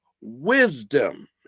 wisdom